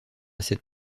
cette